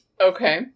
Okay